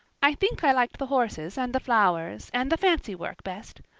i think i liked the horses and the flowers and the fancywork best.